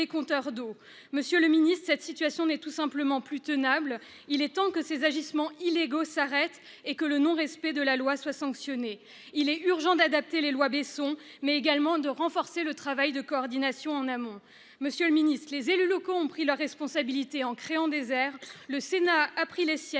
Monsieur le ministre, la situation n'est tout simplement plus tenable. Il est temps que ces agissements illégaux s'arrêtent et que le non-respect de la loi soit sanctionné. Il est urgent d'adapter les lois Besson, mais également de renforcer le travail de coordination en amont. Monsieur le ministre, les élus locaux ont pris leurs responsabilités en créant des aires d'accueil. Le Sénat a pris les siennes